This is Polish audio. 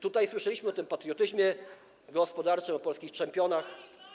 Tutaj słyszeliśmy o tym patriotyzmie gospodarczym, o polskich czempionach.